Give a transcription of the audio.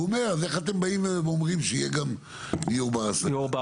הוא אומר אז איך אתם באים ואומרים שיהיה גם דיור בר השגה?